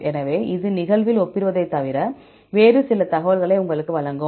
எனவே இது நிகழ்வில் ஒப்பிடுவதைத் தவிர வேறு சில தகவல்களை உங்களுக்கு வழங்கும்